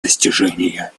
достижения